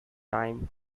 time